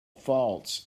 faults